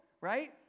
right